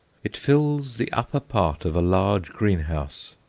it fills the upper part of a large greenhouse,